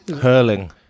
Hurling